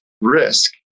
risk